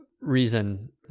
reason